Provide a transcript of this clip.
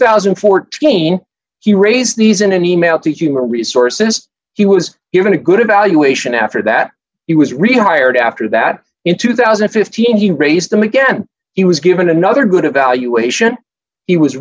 thousand and fourteen he raised these in an email to human resources he was given a good evaluation after that he was rehired after that in two thousand and fifteen he raised them again he was given another good evaluation he was